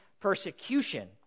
persecution